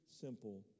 simple